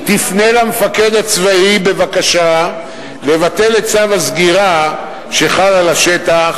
היא תפנה למפקד הצבאי בבקשה לבטל את צו הסגירה שחל על השטח.